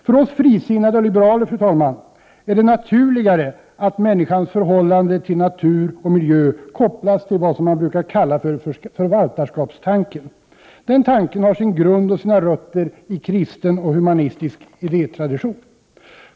För oss frisinnade och liberaler är det naturligare, fru talman, att människans förhållande till natur och miljö kopplas till vad som brukar kallas förvaltarskapstanken. Den tanken har sin grund och sina rötter i kristen och humanistisk idétradition.